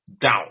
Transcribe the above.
down